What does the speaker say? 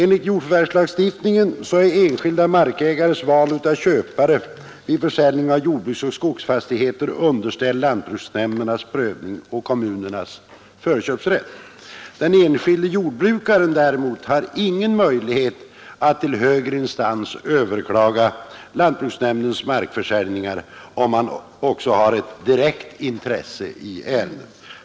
Enligt jordförvärvslagstiftningen är enskilda markägares val av köpare vid försäljning av jordbruksoch skogsfastigheter underställt lantbruksnämndernas prövning och kommunernas förköpsrätt. Den enskilde jordbrukaren har däremot inte möjlighet att till högre instans överklaga lantbruksnämndernas markförsäljningar, även om han har ett direkt intresse i ärendet.